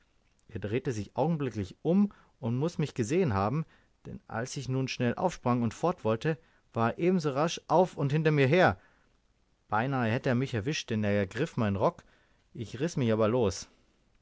er drehte sich augenblicklich um und muß mich gesehen haben denn als ich nun schnell aufsprang und fort wollte war er ebenso rasch auf und hinter mir her beinahe hätte er mich erwischt denn er ergriff meinen rock ich riß mich aber los